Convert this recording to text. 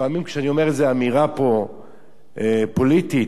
לפעמים כשאני אומר פה איזו אמירה פוליטית,